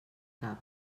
cap